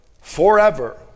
forever